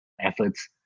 efforts